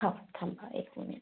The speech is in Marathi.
हो थांबा एक मिनिट